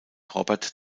robert